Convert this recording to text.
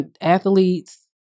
Athletes